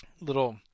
little